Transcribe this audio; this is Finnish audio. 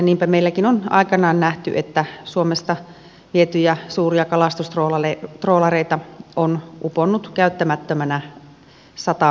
niinpä meilläkin on aikanaan nähty että suomesta vietyjä suuria kalastustroolareita on uponnut käyttämättömänä satamaan